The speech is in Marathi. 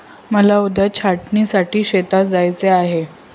मला उद्या छाटणीसाठी शेतात जायचे आहे